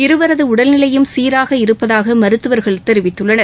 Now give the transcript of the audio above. இருவரது உடல்நிலையும் சீராக இருப்பதாக மருத்துவர்கள் தெரிவிததுள்ளனர்